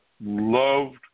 loved